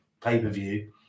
pay-per-view